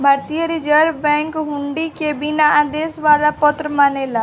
भारतीय reserve bank हुंडी के बिना आदेश वाला पत्र मानेला